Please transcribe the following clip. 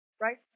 right